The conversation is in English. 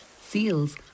seals